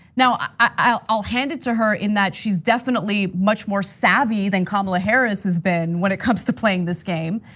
now i'll hand it to her in that she's definitely much more savvy than kamala harris has been when it comes to playing this game.